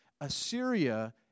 Assyria